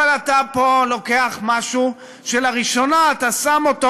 אבל אתה פה לוקח משהו שלראשונה אתה שם אותו,